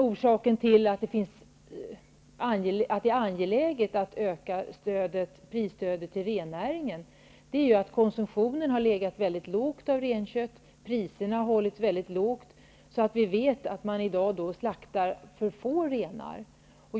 Orsaken till att det är angeläget att öka prisstödet till rennäringen är att konsumtionen av renkött har varit liten och priserna har legat mycket lågt. Vi vet att man i dag slaktar för få renar.